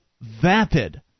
vapid